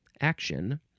Action